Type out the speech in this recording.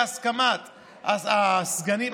בהסכמת הסגנים,